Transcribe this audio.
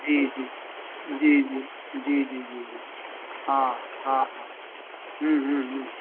जी जी जी जी हा हा हा हम्म हम्म